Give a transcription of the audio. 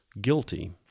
guilty